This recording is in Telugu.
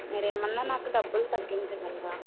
మీరేమన్నా నాకు డబ్బులు తగ్గించగలరా